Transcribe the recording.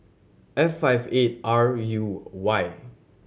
F five eight R U Y